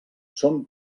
són